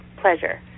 pleasure